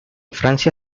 francia